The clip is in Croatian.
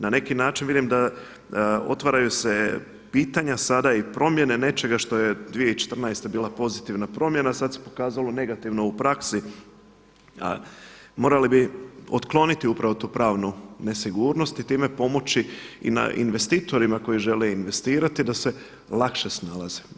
Na neki način vidim da otvaraju se pitanja sada i promjene nečega što je 2014. bila pozitivna promjena, sada se pokazalo negativno u praksi, a morali bi otkloniti upravo tu pravnu nesigurnost i time pomoći i investitorima koji žele investirati da se lakše snalaze.